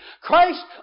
Christ